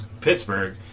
Pittsburgh